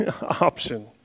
option